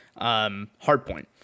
Hardpoint